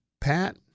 pat